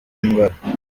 ndwara